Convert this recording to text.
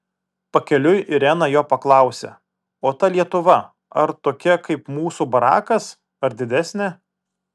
pakeliui irena jo paklausė o ta lietuva ar tokia kaip mūsų barakas ar didesnė